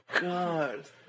God